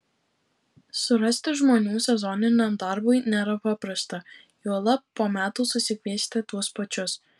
surasti žmonių sezoniniam darbui nėra paprasta juolab po metų susikviesti tuos pačius